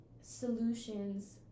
solutions